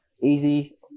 easy